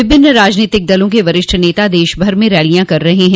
विभिन्न राजनीतिक दलों के वरिष्ठ नेता देशभर में रैलियां कर रहे हैं